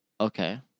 okay